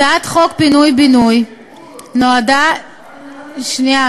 הצעת חוק פינוי ובינוי (הסכמים לארגון עסקאות פינוי ובינוי),